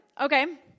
Okay